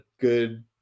good